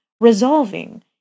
resolving